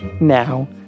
Now